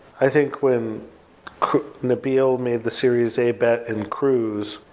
i think when nabil ah made the series a bet in cruise,